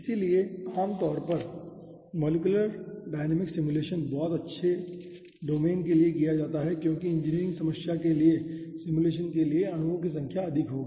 इसलिए आमतौर पर मॉलिक्यूलर डायनामिक्स सिमुलेशन बहुत छोटे डोमेन के लिए किया जाता है क्योंकि 1 इंजीनियरिंग समस्या के सिमुलेशन के लिए अणुओं की संख्या अधिक होगी